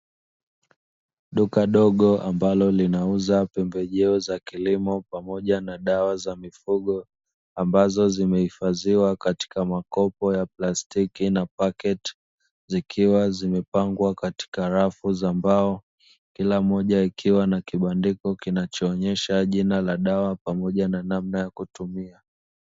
Duka dogo ambalo linauza pembejeo za kilimo pamoja na dawa za mifugo, ambazo zimehifadhiwa katika makopo ya plastiki na paketi zikiwa zimepangwa katika rafu za mbao kila moja ikiwa na kibandiko kinachoonyesha jina la dawa pamoja na namna ya kutumia.